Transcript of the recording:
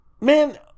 Man